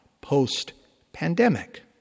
post-pandemic